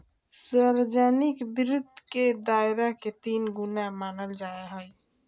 सार्वजनिक वित्त के दायरा के तीन गुना मानल जाय हइ